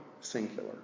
singular